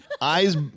Eyes